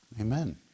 Amen